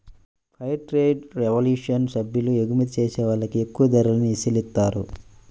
fair trade revolution సభ్యులు ఎగుమతి చేసే వాళ్ళకి ఎక్కువ ధరల్ని చెల్లిత్తారు